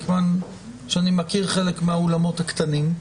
מכיוון שאני מכיר חלק מהאולמות הקטנים.